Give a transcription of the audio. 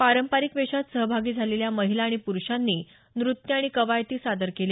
पारंपरिक वेशात सहभागी झालेल्या महिला आणि पुरुषांनी नृत्य आणि कवायती सादर केल्या